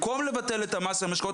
במקום לבטל את המס על משקאות,